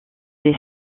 des